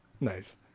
Nice